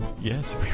Yes